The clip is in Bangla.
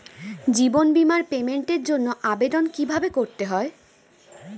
জীবন বীমার পেমেন্টের জন্য আবেদন কিভাবে করতে হয়?